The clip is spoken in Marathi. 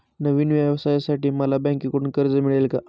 नवीन व्यवसायासाठी मला बँकेकडून कर्ज मिळेल का?